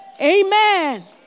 Amen